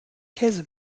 käse